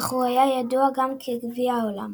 אך הוא היה ידוע גם כגביע העולם.